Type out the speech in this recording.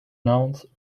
nouns